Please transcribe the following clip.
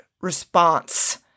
response